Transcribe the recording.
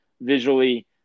visually